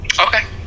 Okay